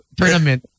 tournament